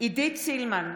עידית סילמן,